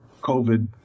COVID